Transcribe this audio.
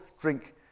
drink